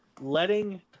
letting